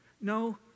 No